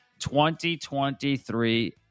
2023